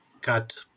cut